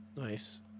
Nice